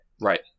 Right